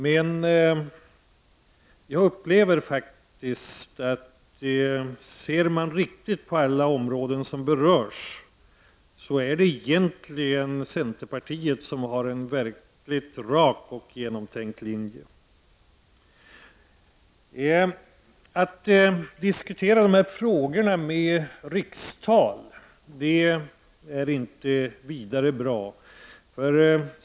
Men ser man riktigt noga på alla områden som berörs upplever jag faktiskt att det egentligen bara är centerpartiet som har en verkligt rak och genomtänkt linje. Att diskutera de här frågorna med rikstal är inte vidare bra.